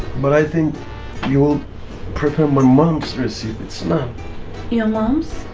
but i think you will prepare my mom's recipe. that's not your mom's?